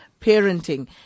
parenting